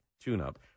tune-up